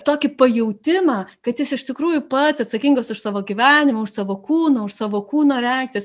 tokį pajautimą kad jis iš tikrųjų pats atsakingas už savo gyvenimą už savo kūną už savo kūno reakcijas